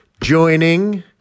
joining